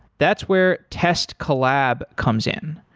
that's where test collab comes in.